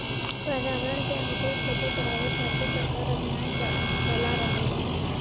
पर्यावरण के अनुकूल खेती करावे खातिर सरकार अभियान चाला रहल बा